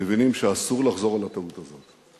מבינים שאסור לחזור על הטעות הזאת.